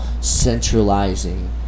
centralizing